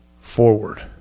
forward